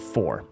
Four